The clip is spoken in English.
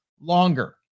longer